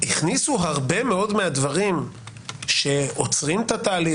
הכניסו הרבה מאוד מהדברים שעוצרים את התהליך,